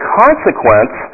consequence